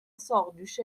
ساقدوشت